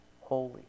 holy